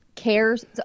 cares